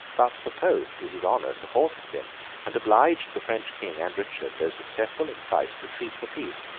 but the pope, to his honour, supported him and obliged the french king and richard, though successful in fight, to treat for peace.